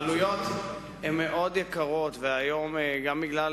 העלויות הן מאוד גבוהות, והיום, גם בגלל